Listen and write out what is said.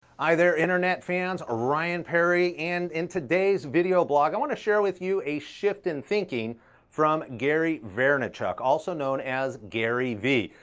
there, internet fans, ah ryan perry, and in today's video blog, i want to share with you a shift in thinking from gary vaynerchuk, also known as gary v.